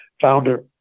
founder